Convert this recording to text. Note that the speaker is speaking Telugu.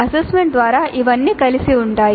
అసెస్మెంట్ ద్వారా ఇవన్నీ కలిసి ఉంటాయి